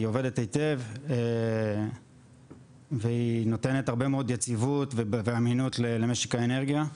היא עובדת היטב והיא נותנת הרבה מאוד יציבות ואמינות למשק האנרגיה,